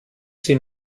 sie